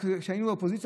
כשאנחנו באופוזיציה,